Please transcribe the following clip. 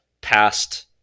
past